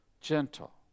gentle